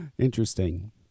Interesting